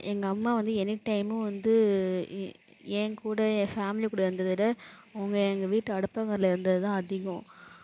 எங்கம்மா வந்து எனிடைமு வந்து என் கூட என் ஃபேம்லி கூட இருந்ததை விட அவங்க எங்கள் வீட்டு அடுப்பாங்கரைல இருந்ததுதான் அதிகம்